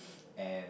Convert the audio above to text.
and